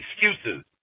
excuses